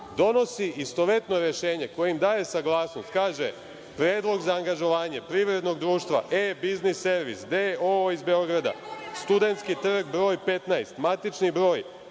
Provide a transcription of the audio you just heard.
donosi istovetno rešenje kojim daje saglasnost. Kaže – predlog za angažovanje Privrednog društva E-biznis servis D.O.O. iz Beograda, Studentski trg broj 15, matični broj